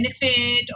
benefit